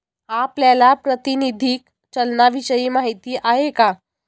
आपल्याला प्रातिनिधिक चलनाविषयी माहिती आहे का?